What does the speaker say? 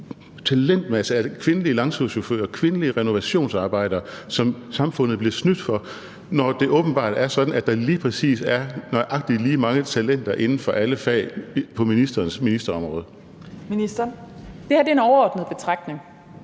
talentmasse af kvindelige langturschauffører og kvindelige renovationsarbejdere, som samfundet bliver snydt for, når det åbenbart er sådan, at der lige præcis er lige mange talenter inden for alle fag på ministerens ministerområde? Kl. 15:57 Fjerde næstformand